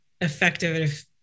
effective